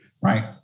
right